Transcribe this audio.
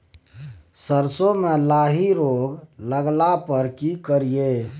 सरसो मे लाही रोग लगला पर की करिये?